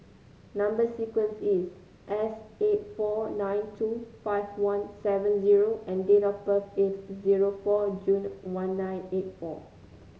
number sequence is S eight four nine two five one seven zero and date of birth is zero four June one nine eight four